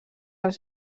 els